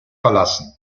verlassen